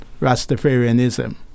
Rastafarianism